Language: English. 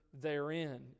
therein